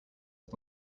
his